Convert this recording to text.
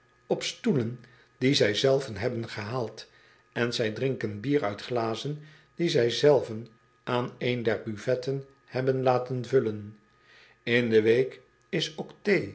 op stoelen die zij zelven hebben gehaald en zij drinken bier uit glazen die zij zelven aan een der buffetten hebben laten vullen n de week is ook